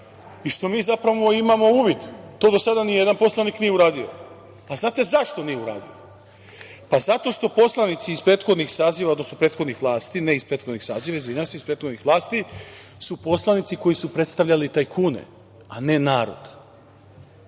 i što mi zapravo imamo uvid, to do sada ni jedan poslanik nije uradio. Znate zašto nije uradio? Pa, zato što poslanici iz prethodnih saziva, odnosno prethodnih vlasti, ne iz prethodnih saziva izvinjavam se, iz prethodnih vlasti, su poslanici koji su predstavljali tajkune, a ne narod. Dakle,